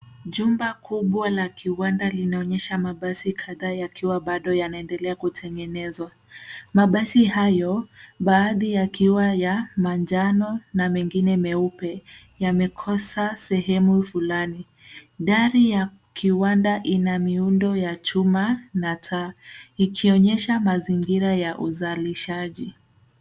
Jumba kubwa la kiwanda linaonyesha mabasi kadhaa yakiwa bado yanaendelea kutengenezwa. Mabasi hayo, baadhi yakiwa ya manjano na mengine meupe, yamekosa sehemu fulani. Dari ya kiwanda ina miundo ya chuma na taa, ikionyesha mazingira ya uzalishaji.